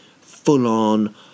full-on